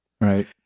Right